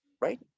right